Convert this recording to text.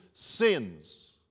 Sins